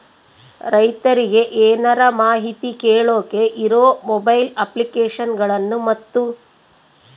ರೈತರಿಗೆ ಏನರ ಮಾಹಿತಿ ಕೇಳೋಕೆ ಇರೋ ಮೊಬೈಲ್ ಅಪ್ಲಿಕೇಶನ್ ಗಳನ್ನು ಮತ್ತು?